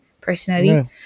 personally